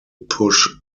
push